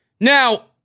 Now